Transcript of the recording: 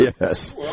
Yes